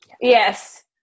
Yes